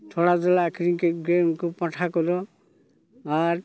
ᱛᱷᱚᱲᱟ ᱫᱚᱞᱮ ᱟᱠᱷᱨᱤᱧ ᱠᱮᱫ ᱠᱚᱜᱮ ᱩᱱᱠᱩ ᱯᱟᱸᱴᱷᱟ ᱠᱚᱫᱚ ᱟᱨ